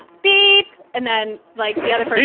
beep and then like the other.